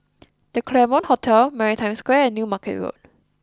the Claremont Hotel Maritime Square and New Market Road